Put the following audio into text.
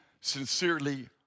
sincerely